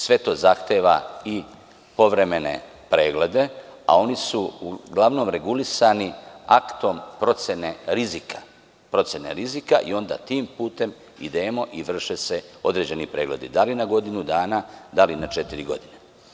Sve to zahteva i povremene preglede, a oni su uglavnom regulisani aktom procene rizika i onda tim putem idemo i vrše se određeni pregledi, da li na godinu dana, da li na četiri godine.